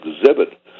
exhibit